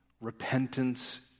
repentance